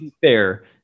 fair